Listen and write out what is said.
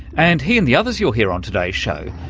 and he, and the others you'll hear on today's show,